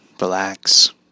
relax